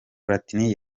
platini